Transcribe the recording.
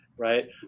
Right